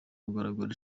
mugaragaro